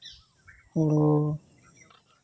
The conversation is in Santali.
ᱦᱩᱲᱩ